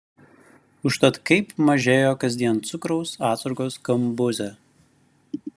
užtat kaip mažėjo kasdien cukraus atsargos kambuze